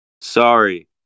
Sorry